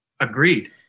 Agreed